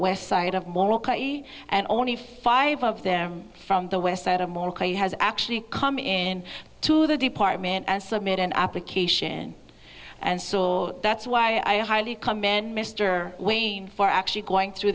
west side of moral clarity and only five of them from the west side a more has actually come in to the department and submit an application and so that's why i highly kamen mr wayne for actually going through